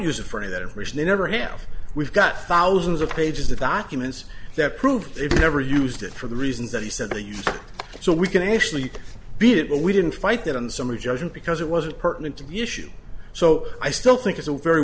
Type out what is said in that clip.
use it for that information they never have we've got thousands of pages of documents that prove it never used it for the reasons that he said to you so we can actually beat it but we didn't fight that in summary judgment because it wasn't pertinent to the issue so i still think it's a very